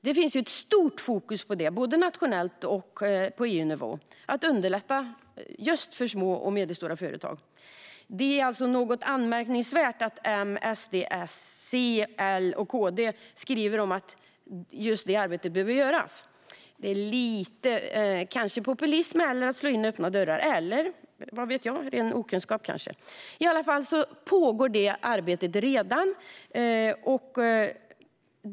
Det finns ju ett stort fokus, både nationellt och på EU-nivå, på att underlätta just för små och medelstora företag. Det är alltså något anmärkningsvärt att M, SD, C, L och KD skriver att just detta arbete behöver göras. Det är kanske lite populism och att slå in öppna dörrar eller - vad vet jag - ren okunskap kanske. I alla fall pågår detta arbete redan.